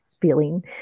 feeling